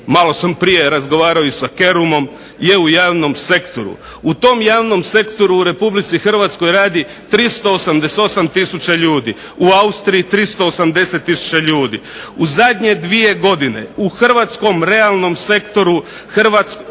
malo sam prije razgovarao i sa Kerumom, je u javnom sektoru. U tom javnom sektoru u Republici Hrvatskoj radi 388 tisuća ljudi, u Austriji 380 tisuća ljudi. U zadnje dvije godine u hrvatskom realnom sektoru propalo